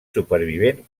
supervivent